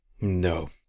No